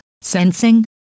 Sensing